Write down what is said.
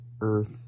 earth